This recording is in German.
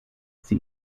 sie